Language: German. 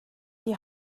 die